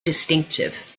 distinctive